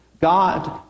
God